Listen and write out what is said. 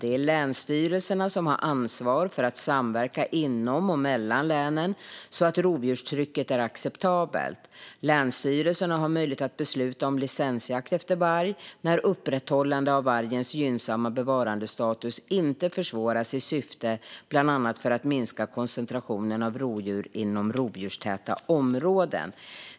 Det är länsstyrelserna som har ansvar för att samverka inom och mellan länen så att rovdjurstrycket är acceptabelt. Länsstyrelserna har möjlighet att besluta om licensjakt efter varg, när upprätthållandet av vargens gynnsamma bevarandestatus inte försvåras i syfte bland annat för att minska koncentrationen av rovdjur inom rovdjurstäta områden.